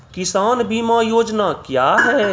किसान बीमा योजना क्या हैं?